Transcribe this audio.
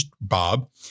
Bob